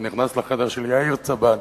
והוא נכנס לחדר של יאיר צבן.